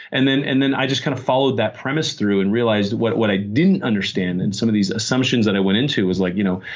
and and then i just kind of followed that premise through, and realized what what i didn't understand and some of these assumptions and i went into was like you know,